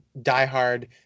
diehard